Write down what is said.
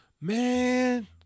Man